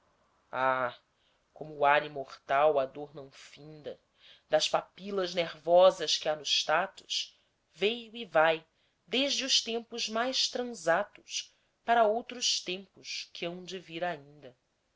o ar imortal a dor não finda das papilas nervosas que há nos tatos veio e vai desde os tempos mais transatos para outros tempos que hão de vir ainda